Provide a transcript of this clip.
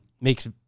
makes